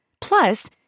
Plus